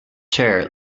chair